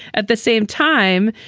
at the same time,